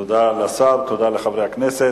תודה לשר, תודה לחברי הכנסת.